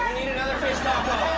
another fish taco.